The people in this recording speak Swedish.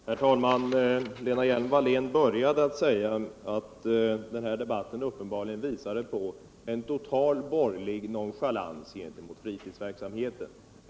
Herr talman! Lena Hjelm-Wallén började med att säga att denna debatt uppenbarligen påvisade en total borgerlig nonchalans gentemot fritidsverksamheten.